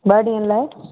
ॿ ॾींहनि लाइ